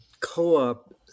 co-op